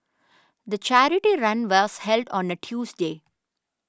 the charity run was held on a Tuesday